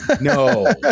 No